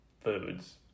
foods